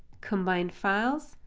combine files,